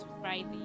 Friday